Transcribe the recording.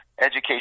Education